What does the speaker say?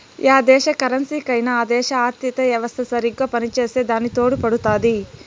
yeah దేశ కరెన్సీకైనా ఆ దేశ ఆర్థిత యెవస్త సరిగ్గా పనిచేసే దాని తోడుపడుతాది